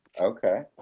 Okay